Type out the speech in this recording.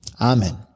Amen